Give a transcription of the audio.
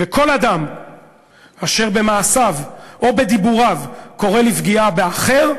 וכל אדם אשר במעשיו או בדיבוריו קורא לפגיעה באחר,